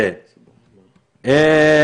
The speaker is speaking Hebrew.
תודה רבה.